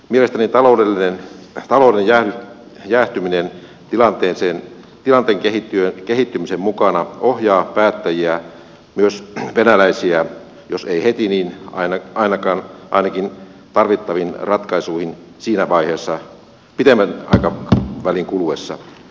mielestäni taloudellinen jäähtyminen tilanteen kehittymisen mukana ohjaa päättäjiä myös venäläisiä jos ei heti niin ainakin pitemmän aikavälin kuluessa tarvittaviin ratkaisuihin